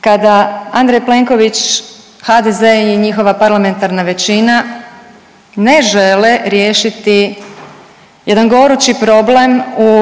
Kada Andrej Plenković HDZ i njihova parlamentarna većina ne žele riješiti jedan gorući problem u